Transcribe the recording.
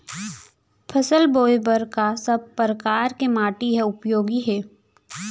फसल बोए बर का सब परकार के माटी हा उपयोगी हे?